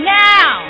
now